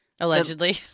Allegedly